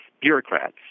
bureaucrats